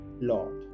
Lord